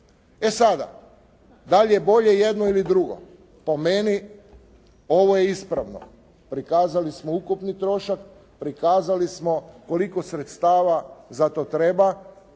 E sada, da li je bolje jedno ili drugo, po meni ovo je ispravno, prikazali smo ukupni trošak, prikazali smo koliko sredstava za to treba,